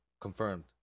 confirmed